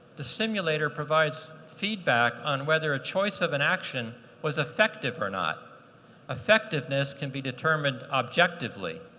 the simulator provides feedback on whether a choice of inaction was effective or not effective. this can be determined objectively.